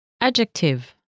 adjective